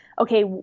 okay